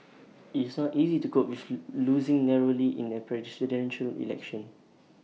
IT is not easy to cope with losing narrowly in A Presidential Election